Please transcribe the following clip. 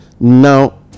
Now